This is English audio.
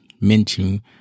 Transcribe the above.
mention